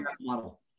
model